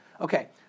Okay